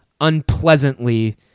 unpleasantly